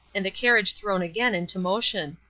and the carriage thrown again into motion.